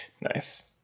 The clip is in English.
Nice